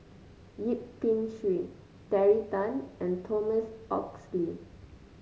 Yip Pin Xiu Terry Tan and Thomas Oxley